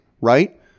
right